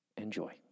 enjoy